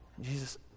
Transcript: Jesus